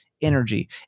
Energy